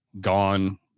gone